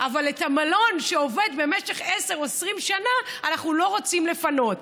אבל את המלון שעובד במשך עשר או 20 שנה אנחנו לא רוצים לפנות,